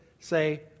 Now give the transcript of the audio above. say